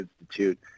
Institute